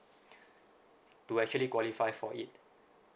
to actually qualify for it